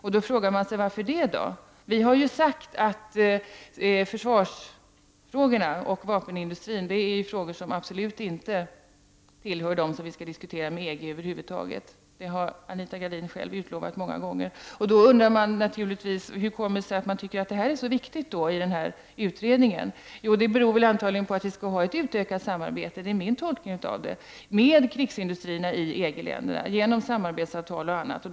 Man frågar sig då: Varför det? Vi har ju sagt att försvaret och vapenindustrin är frågor som absolut inte tillhör de frågor vi skall diskutera med EG. Det har Anita Gradin själv utlovat många gånger. Jag undrar då naturligtvis hur det kommer sig att man i denna utredning tycker att det är så viktigt. Det beror antagligen på att vi skall ha ett utökat samarbete med krigsindustrierna i EG-länderna genom samarbetsavtal och annat. Det är min tolkning.